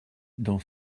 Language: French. dans